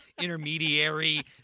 intermediary